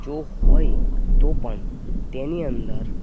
જો હોય તો પણ તેની અંદર